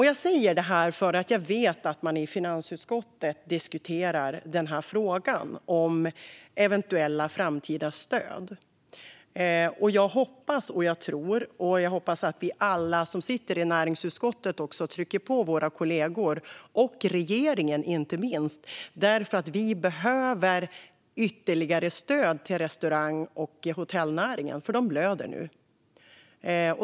Jag säger det här för att jag vet att man i finansutskottet diskuterar frågan om eventuella framtida stöd. Jag hoppas och tror att vi alla som sitter i näringsutskottet trycker på våra kollegor och inte minst regeringen, för Sverige behöver ytterligare stöd till restaurang och hotellnäringen. Den blöder nu.